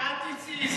ענת, אל תצאי.